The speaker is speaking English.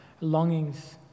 longings